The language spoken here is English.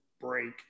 break